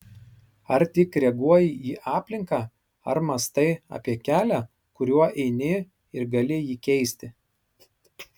ar tik reaguoji į aplinką ar mąstai apie kelią kuriuo eini ir gali jį keisti